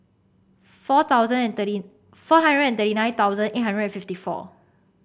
four thousand and thirty four hundred and thirty nine thousand eight hundred and fifty four